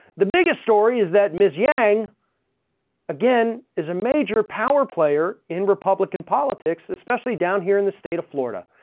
the biggest story is that ms. yang again is a major power player in republican politics, especially down here in the state of florida.